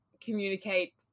communicate